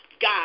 God